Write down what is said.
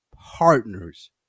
partners